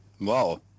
Wow